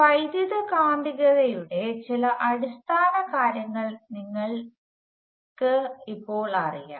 വൈദ്യുതകാന്തികതയുടെ ചില അടിസ്ഥാനകാര്യങ്ങൾ ഇപ്പോൾ നിങ്ങൾക്കെല്ലാവർക്കും അറിയാം